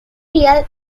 real